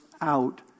out